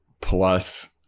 plus